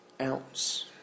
ounce